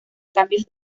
cambios